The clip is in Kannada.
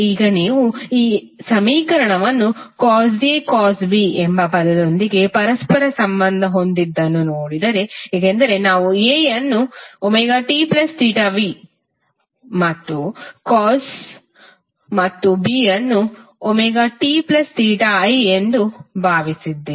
ಈಗ ನೀವು ಈ ಸಮೀಕರಣವನ್ನು ಕಾಸ್ ಎ ಕಾಸ್ ಬಿ ಎಂಬ ಪದದೊಂದಿಗೆ ಪರಸ್ಪರ ಸಂಬಂಧ ಹೊಂದಿದ್ದನ್ನು ನೋಡಿದರೆ ಏಕೆಂದರೆ ನಾವು A ಯನ್ನು tv ಮತ್ತು ಕಾಸ್ ಮತ್ತು B ಯ ನ್ನು tiಎಂದು ಭಾವಿಸಿದ್ದೇವೆ